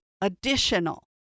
additional